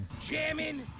Jamming